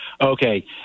Okay